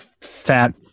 fat